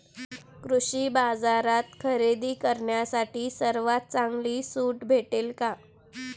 कृषी बाजारात खरेदी करण्यासाठी सर्वात चांगली सूट भेटेल का?